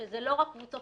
שזה לא רק קבוצות